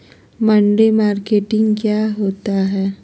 मंडी मार्केटिंग क्या होता है?